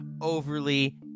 overly